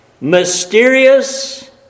Mysterious